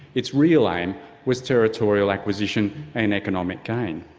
its real aim was territorial acquisition and economic gain.